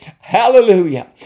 hallelujah